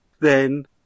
Then